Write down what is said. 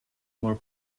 more